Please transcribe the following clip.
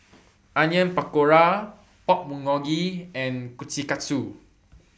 Onion Pakora Pork Bulgogi and Kushikatsu